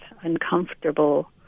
uncomfortable